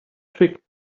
trick